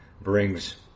brings